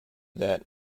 that